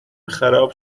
خراب